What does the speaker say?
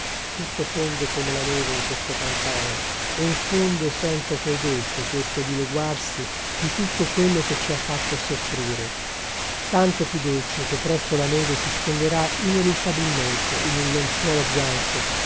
tutto fonde come la neve in questo pantano e in fondo sento che è dolce questo dileguarsi di tutto quello che ci ha fatto soffrire tanto più dolce che presto la neve si stenderà ineluttabilmente in un lenzuolo bianco